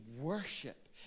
worship